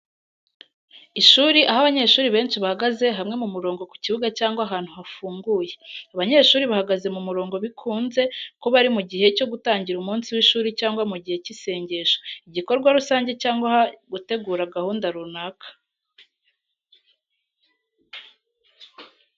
Ishuri aho abanyeshuri benshi bahagaze hamwe mu murongo ku kibuga cyangwa ahantu hafunguye. Abanyeshuri bahagaze mu murongo bikunze kuba ari mu gihe cyo gutangira umunsi w’ishuri cyangwa mu gihe cy’isengesho igikorwa rusange cyangwa gutegura gahunda runaka.